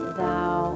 thou